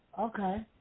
Okay